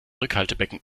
rückhaltebecken